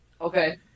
Okay